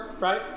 right